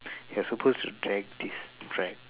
you're supposed to drag this drag